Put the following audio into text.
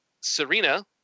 Serena